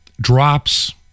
drops